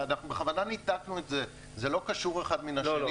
אנחנו בכוונה ניתקנו את זה, זה לא קשור אחד בשני.